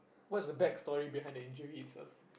what's the backstory behind the injury itself